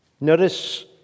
notice